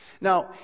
Now